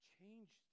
changed